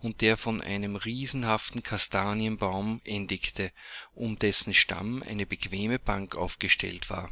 und der vor einem riesenhaften kastanienbaum endigte um dessen stamm eine bequeme bank aufgestellt war